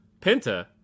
Penta